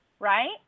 right